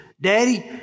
Daddy